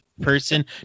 person